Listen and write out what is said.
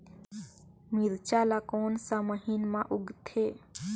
मिरचा ला कोन सा महीन मां उगथे?